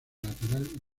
lateral